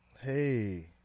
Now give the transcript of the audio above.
Hey